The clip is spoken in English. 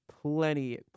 plenty